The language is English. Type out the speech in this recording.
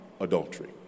adultery